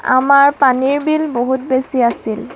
আমাৰ পানীৰ বিল বহুত বেছি আছিল